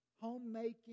homemaking